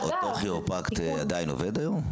אגב, אותו כירופרקט עדיין עובד היום?